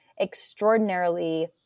extraordinarily